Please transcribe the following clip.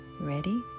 Ready